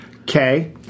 Okay